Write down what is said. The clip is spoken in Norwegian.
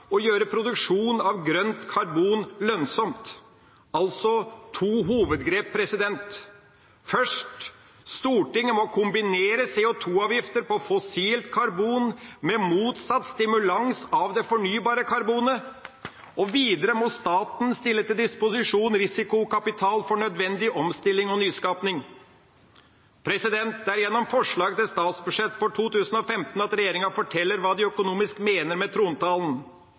gjøre produksjon av grønt karbon lønnsomt – altså to hovedgrep. Først: Stortinget må kombinere CO2-avgifter på fossilt karbon med motsatt stimulans av det fornybare karbonet. Videre må staten stille til disposisjon risikokapital for nødvendig omstilling og nyskaping. Det er gjennom forslag til statsbudsjett for 2015 at regjeringa forteller hva de økonomisk mener med